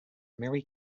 mary